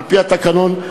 על-פי התקנון,